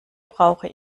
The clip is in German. brauche